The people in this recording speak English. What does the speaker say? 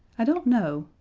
i don't know,